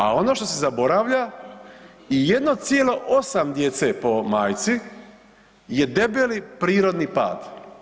A ono što se zaboravlja i 1,8 djece po majci je debeli prirodni pad.